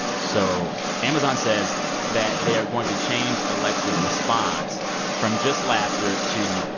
so amazon says that they are going to change alexa's response from just laughter to,